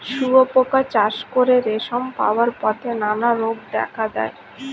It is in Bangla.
শুঁয়োপোকা চাষ করে রেশম পাওয়ার পথে নানা রোগ দেখা দেয়